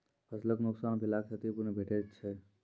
फसलक नुकसान भेलाक क्षतिपूर्ति भेटैत छै?